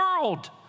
world